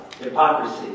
hypocrisy